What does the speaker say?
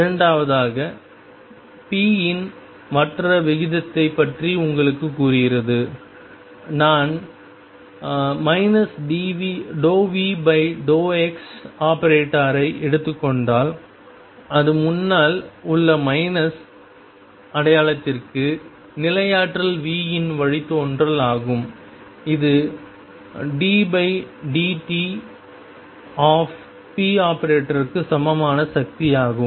இரண்டாவதாக p இன் மாற்ற விகிதத்தைப் பற்றி உங்களுக்குக் கூறுகிறது நான் ⟨ ∂V∂x⟩ ஐ எடுத்துக் கொண்டால் அது முன்னால் உள்ள மைனஸ் அடையாளத்திற்கு நிலையாற்றல் V இன் வழித்தோன்றல் ஆகும் இது ddt ⟨p⟩ க்கு சமமான சக்தியாகும்